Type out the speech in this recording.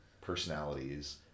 personalities